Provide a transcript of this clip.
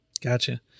Gotcha